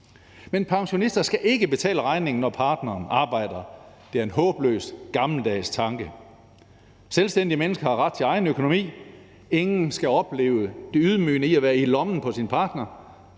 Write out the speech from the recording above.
Men pensionister skal ikke betale regningen, når partneren arbejder. Det er en håbløs, gammeldags tanke. Selvstændige mennesker har ret til egen økonomi, ingen skal opleve det ydmygende i at være i lommen på sin partner,